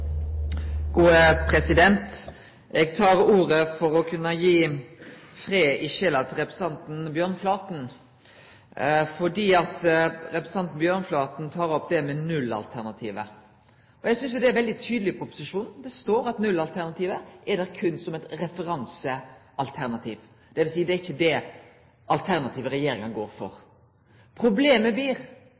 Representanten Bjørnflaten tek opp dette med nullalternativet. Eg synest det er veldig tydeleg i proposisjonen. Det står at nullalternativet berre er der som eit referansealternativ, dvs. at det er ikkje det alternativet regjeringa går for. Problemet blir